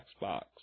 Xbox